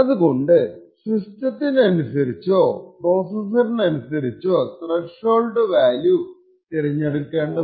അതുകൊണ്ട് സിസ്റ്റത്തിനനുസരിച്ചോ പ്രോസെസ്സറിനനുസരിച്ചോ ത്രെഷോൾഡ് വാല്യൂ തിരഞ്ഞെടുക്കേണ്ടതുണ്ട്